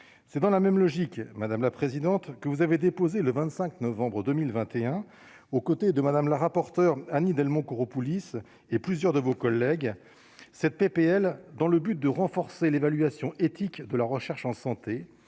c'est dans la même logique, madame la présidente, que vous avez déposé le 25 novembre 2021 aux côtés de Madame la rapporteure Annie Delmont Koropoulis et plusieurs de vos collègues cette PPL dans le but de renforcer l'évaluation éthique de la recherche en santé